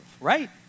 right